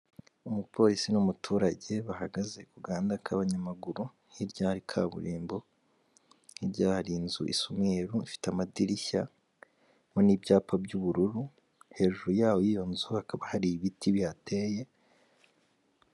Umupolisi n'umuturage bahagaze ku gahanda k'abanyamaguru, hirya hari kaburimbo, hirya yaho hari inzu isa umweru ifite amadirishya, harimo n'ibyapa by'ubururu, hejuru yaho y'iyo nzu hakaba hari ibiti bihateye.